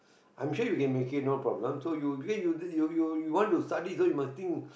I'm sure you can make it no problem so you because you you want to study so you must think